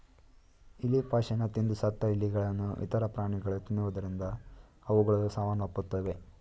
ಇಲಿ ಪಾಷಾಣ ತಿಂದು ಸತ್ತ ಇಲಿಗಳನ್ನು ಇತರ ಪ್ರಾಣಿಗಳು ತಿನ್ನುವುದರಿಂದ ಅವುಗಳು ಸಾವನ್ನಪ್ಪುತ್ತವೆ